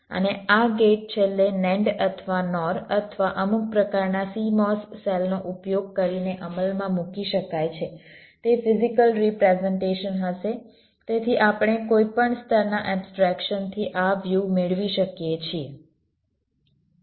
અને આ ગેટ છેલ્લે NAND અથવા NOR અથવા અમુક પ્રકારના CMOS સેલનો ઉપયોગ કરીને અમલમાં મૂકી શકાય છે તે ફિઝીકલ રિપ્રેઝન્ટેશન હશે તેથી આપણે કોઈપણ સ્તરના એબ્સ્ટ્રેકશનથી આ વ્યુ મેળવી શકીએ છીએ